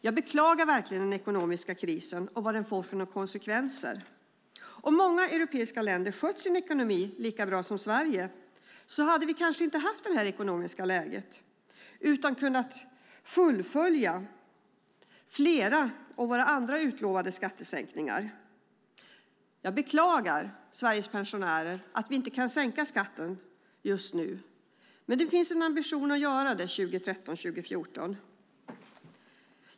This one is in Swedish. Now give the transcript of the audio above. Jag beklagar verkligen den ekonomiska krisen och vad den får för konsekvenser. Om många europeiska länder skött sin ekonomi lika bra som Sverige hade vi kanske inte haft detta ekonomiska läge utan kunnat fullfölja flera av våra andra utlovade skattesänkningar. Jag beklagar att vi inte kan sänka skatten för Sveriges pensionärer just nu. Men det finns en ambition att göra det 2013-2014.